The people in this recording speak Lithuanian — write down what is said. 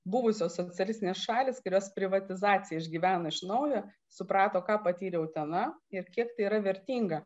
buvusios socialistinės šalys kurios privatizaciją išgyveno iš naujo suprato ką patyrė utena ir kiek tai yra vertinga